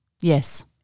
Yes